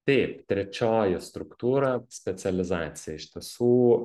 taip trečioji struktūra specializacija iš tiesų